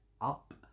up